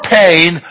pain